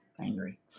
angry